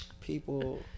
people